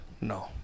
No